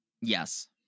Yes